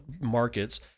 markets